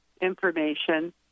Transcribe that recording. information